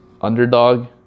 Underdog